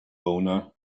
owner